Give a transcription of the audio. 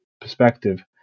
perspective